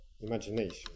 imagination